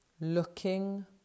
looking